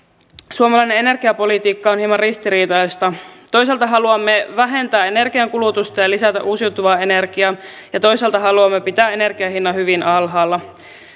suomalainen energiapolitiikka on hieman ristiriitaista toisaalta haluamme vähentää energiankulutusta ja ja lisätä uusiutuvaa energiaa ja toisaalta haluamme pitää energian hinnan hyvin alhaalla